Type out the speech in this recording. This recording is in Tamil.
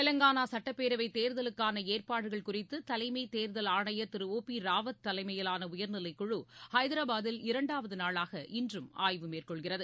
தெலங்கானா சட்டப்பேரவை தேர்தலுக்கான ஏற்பாடுகள் குறித்து தலைமைத் தேர்தல் ஆணையர் திரு ஒ பி ராவத் தலைமையிலான உயர்நிலைக்குழு ஐதராபாத்தில் இரண்டாவது நாளாக இன்றும் ஆய்வு மேற்கொள்கிறது